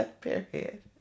Period